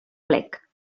plec